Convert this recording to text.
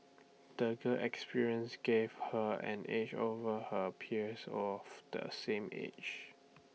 the girl experiences gave her an edge over her peers of the same age